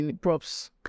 props